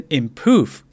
improve